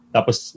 Tapos